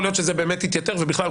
יכול להיות שזה באמת יתייתר ובכלל,